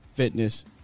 fitness